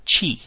Chi